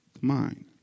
mind